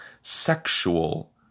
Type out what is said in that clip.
sexual